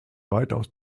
weitaus